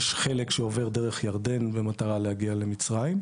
יש חלק שעובר דרך ירדן במטרה להגיע למצרים,